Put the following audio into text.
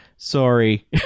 Sorry